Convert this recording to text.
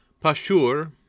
Pashur